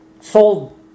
sold